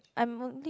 I'm only